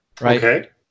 Right